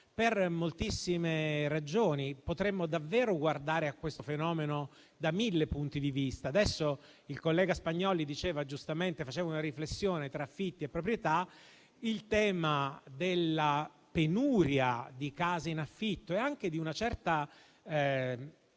per moltissime ragioni. Potremmo davvero guardare a questo fenomeno da mille punti di vista. Il collega senatore Spagnolli faceva giustamente una riflessione tra affitti e proprietà: il tema della penuria di case in affitto e anche di una certa